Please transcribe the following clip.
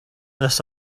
this